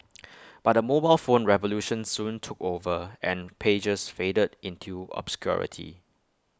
but the mobile phone revolution soon took over and pagers faded into obscurity